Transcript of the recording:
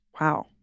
Wow